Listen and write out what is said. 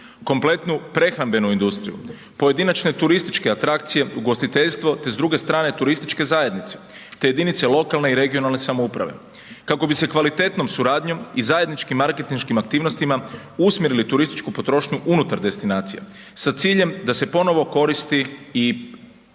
Kompletnu prehrambenu industriju, pojedinačne turističke atrakcije, ugostiteljstvo te s druge strane turističke zajednice te jedinice lokalne i regionalne samouprave kako bi se kvalitetnom suradnjom i zajedničkim marketinškim aktivnostima usmjerili turističku potrošnju unutar destinacija s ciljem da se ponovo koristi i